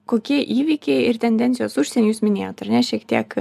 kokie įvykiai ir tendencijos užsieny jūs minėjot ar ne šiek tiek